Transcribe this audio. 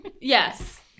Yes